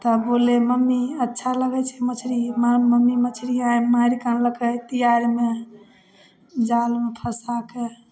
तब बोललै मम्मी अच्छा लगै छै मछरी अपना मम्मी मछरी आइ मारिके आनलकै तिआरमे जालमे फँसाके